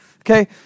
Okay